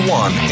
one